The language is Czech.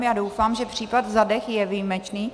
Já doufám, že případ Zadeh je výjimečný.